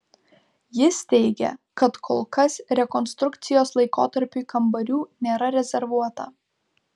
jis teigia kad kol kas rekonstrukcijos laikotarpiui kambarių nėra rezervuota